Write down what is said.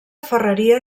ferreria